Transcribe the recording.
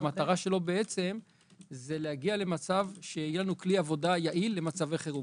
והמטרה שלו היא להגיע למצב שבו יהיה לנו כלי עבודה יעיל למצבי חירום.